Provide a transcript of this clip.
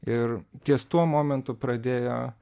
ir ties tuo momentu pradėjo